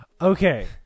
Okay